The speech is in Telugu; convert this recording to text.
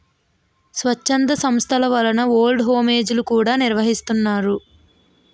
స్వచ్ఛంద సేవా సంస్థల వలన ఓల్డ్ హోమ్ ఏజ్ లు కూడా నిర్వహిస్తున్నారు